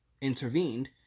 Intervened